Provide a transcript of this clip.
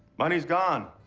money's gone.